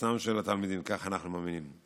וחוסנם של התלמידים, כך אנחנו מאמינים.